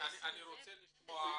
אני רוצה לשמוע בקיצור,